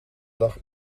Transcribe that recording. dag